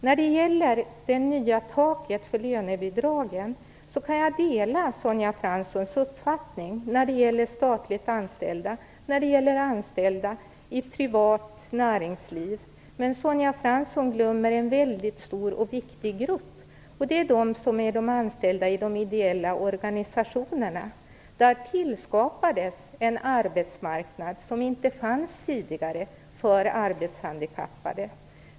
När det gäller det nya taket för lönebidragen delar jag Sonja Franssons uppfattning. Det gäller då statligt anställda och anställda i privat näringsliv. Men Sonja Fransson glömmer en stor och viktig grupp: de anställda i ideella organisationer. Där tillskapades en arbetsmarknad som inte fanns tidigare för arbetshandikappade.